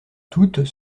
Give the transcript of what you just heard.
toutes